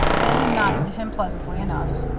bannon nodded to him pleasantly enough.